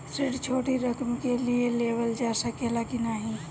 ऋण छोटी रकम के लिए लेवल जा सकेला की नाहीं?